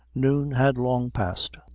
noon had long passed,